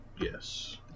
Yes